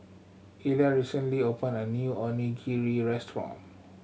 Elia recently opened a new Onigiri Restaurant